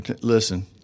listen